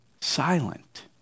silent